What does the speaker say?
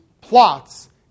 plots